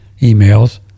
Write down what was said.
emails